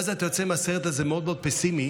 ואז אתה יוצא מהסרט הזה מאוד מאוד פסימי,